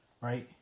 Right